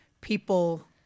people